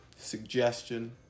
suggestion